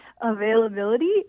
availability